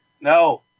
No